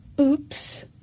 Oops